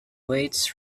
waits